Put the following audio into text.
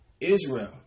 Israel